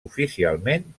oficialment